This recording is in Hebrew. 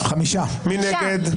מי נמנע?